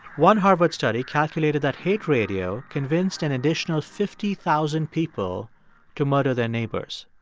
one harvard study calculated that hate radio convinced an additional fifty thousand people to murder their neighbors.